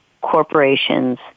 corporations